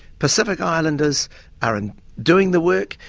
pacific islanders are and doing the work,